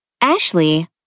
Ashley